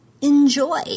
Enjoy